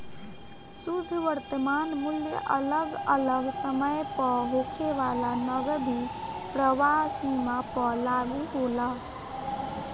शुद्ध वर्तमान मूल्य अगल अलग समय पअ होखे वाला नगदी प्रवाह सीमा पअ लागू होला